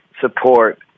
support